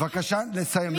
בבקשה לסיים.